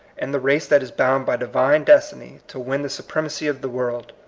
and the race that is bound by divine destiny to win the supremacy of the world.